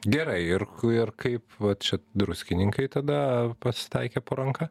gerai ir ir kaip va čia druskininkai tada pasitaikė po ranka